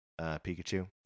Pikachu